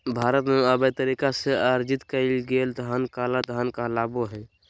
भारत में, अवैध तरीका से अर्जित कइल गेलय धन काला धन कहलाबो हइ